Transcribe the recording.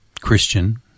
Christian